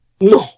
No